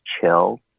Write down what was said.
chill